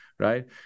Right